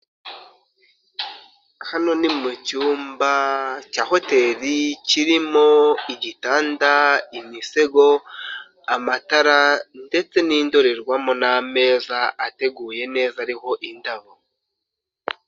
Hano ni mu cyumba cya hoteri, kirimo igitanda, imisego, amatara ndetse n'indorerwamo n'ameza ateguye neza ariho indabo.